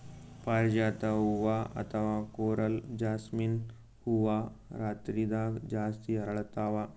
ಪಾರಿಜಾತ ಹೂವಾ ಅಥವಾ ಕೊರಲ್ ಜಾಸ್ಮಿನ್ ಹೂವಾ ರಾತ್ರಿದಾಗ್ ಜಾಸ್ತಿ ಅರಳ್ತಾವ